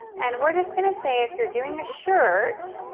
and we're just gonna say, if you're doing a shirt,